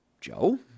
Joe